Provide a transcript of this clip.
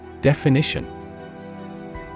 Definition